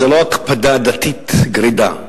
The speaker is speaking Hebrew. זו לא הקפדה דתית גרידא,